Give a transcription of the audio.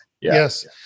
Yes